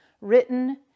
written